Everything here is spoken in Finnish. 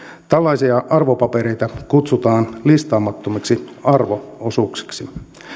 tällaisia arvopapereita kutsutaan listaamattomiksi arvo osuuksiksi